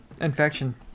infection